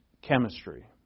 Chemistry